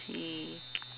he